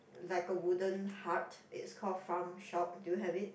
like a wooden heart is called Farm Shop do you have it